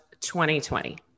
2020